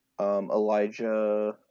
Elijah